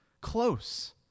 close